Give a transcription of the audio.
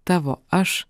tavo aš